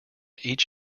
each